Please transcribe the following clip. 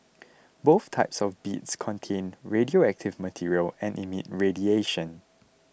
both types of beads contain radioactive material and emit radiation